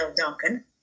Duncan